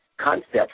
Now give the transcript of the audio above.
concept